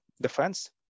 defense